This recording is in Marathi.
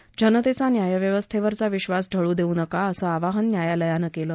त्यामुळे जनतेचा न्याय व्यवस्थेवरचा विश्वास ढळू देऊ नका असे आवाहन न्यायालयानं केलं